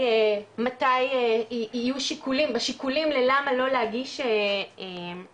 מתי יהיו שיקולים והשיקולים ללמה לא להגיש את האישום,